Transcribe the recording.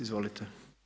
Izvolite.